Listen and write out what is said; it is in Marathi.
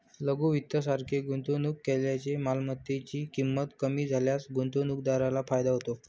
लघु वित्त सारखे गुंतवणूक केल्याने मालमत्तेची ची किंमत कमी झाल्यास गुंतवणूकदाराला फायदा होतो